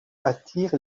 attire